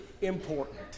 important